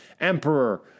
Emperor